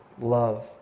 love